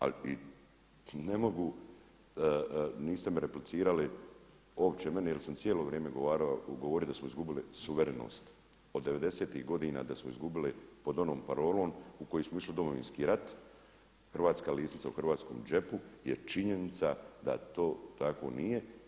Ali ne mogu, niste mi replicirali, uopće meni jer sam cijelo vrijeme govorio da smo izgubili suverenost, od '90.-tih godina da smo izgubili pod onom parolom u koji smo išli u Domovinski rat, hrvatska lisnica u hrvatskom džepu je činjenica da to tako nije.